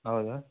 ಹೌದಾ